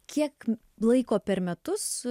kiek laiko per metus